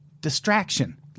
distraction